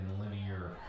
linear